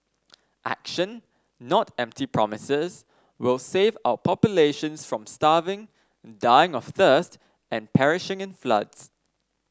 action not empty promises will save our populations from starving dying of thirst and perishing in floods